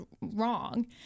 wrong